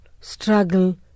struggle